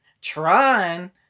trying